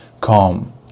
calm